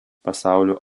pasaulio